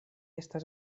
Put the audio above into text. estas